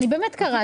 אני באמת קראתי.